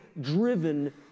driven